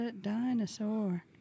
Dinosaur